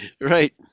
Right